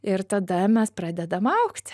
ir tada mes pradedam augt